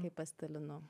kai pasidalinu